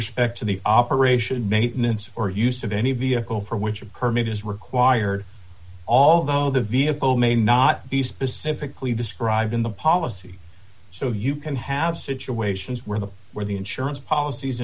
respect to the operation or use of any vehicle for which a permit is required all though the vehicle may not be specifically described in the policy so you can have situations where the where the insurance policies